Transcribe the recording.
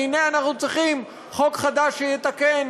והנה אנחנו צריכים חוק חדש שיתקן,